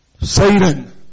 Satan